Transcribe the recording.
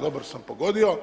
Dobro sam pogodio,